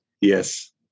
Yes